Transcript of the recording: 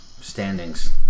standings